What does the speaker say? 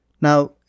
Now